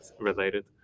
related